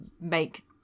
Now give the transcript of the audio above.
make